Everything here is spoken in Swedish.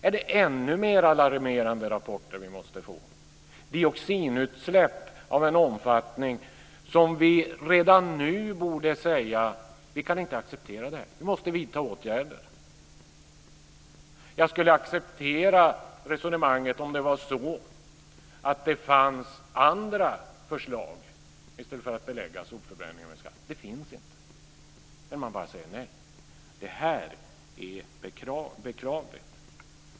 Är det ännu mer alarmerande rapporter vi måste få? Är det dioxinutsläpp av en omfattning som borde få oss att redan nu säga: Vi kan inte acceptera det här. Vi måste vidta åtgärder. Jag skulle acceptera resonemanget om det fanns andra förslag i stället för att belägga sopförbränningen med skatt. Det finns inte. Man bara säger nej. Det är beklagligt.